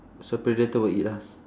so predator will eat us